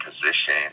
position